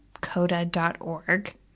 CODA.org